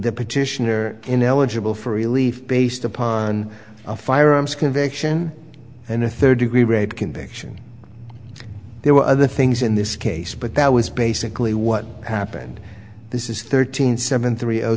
the petitioner ineligible for relief based upon a firearms conviction and a third degree rape conviction there were other things in this case but that was basically what happened this is thirteen seven three